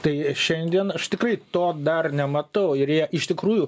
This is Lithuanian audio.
tai šiandien aš tikrai to dar nematau ir jie iš tikrųjų